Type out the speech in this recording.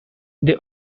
they